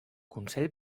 consell